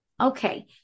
Okay